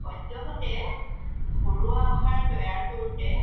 সদ্যহতে ঘৰুৱা আহাৰ তৈয়াৰ কৰোঁতে